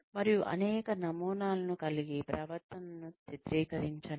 మరియు అనేక నమూనాలను కలిగి ప్రవర్తనను చిత్రీకరించండి